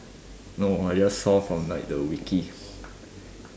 no I just saw from like the wiki